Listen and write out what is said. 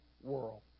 world